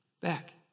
back